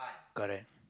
correct